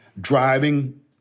driving